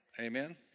Amen